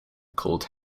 called